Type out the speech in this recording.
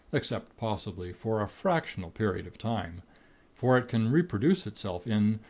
except, possibly, for a fractional period of time for it can reproduce itself in,